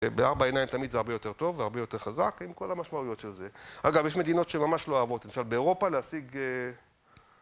בארבע עיניים תמיד זה הרבה יותר טוב והרבה יותר חזק עם כל המשמעויות של זה. אגב, יש מדינות שממש לא אוהבות, למשל באירופה להשיג...